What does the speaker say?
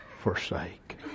forsake